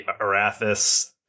Arathis